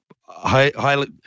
highly